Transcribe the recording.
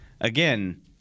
again